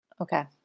Okay